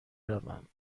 روم